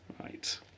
Right